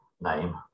name